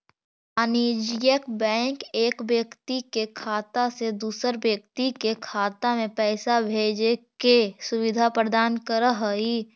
वाणिज्यिक बैंक एक व्यक्ति के खाता से दूसर व्यक्ति के खाता में पैइसा भेजजे के सुविधा प्रदान करऽ हइ